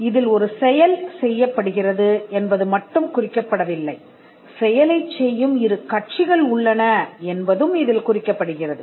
இதில் ஒரு செயல் செய்யப்படுகிறது என்பது மட்டும் குறிக்கப்படவில்லை செயலைச் செய்யும் இரு கட்சிகள் உள்ளன என்பதும் இதில் குறிக்கப் படுகிறது